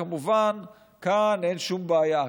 כמובן כאן אין שום בעיה,